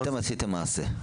אתם עשיתם מעשה.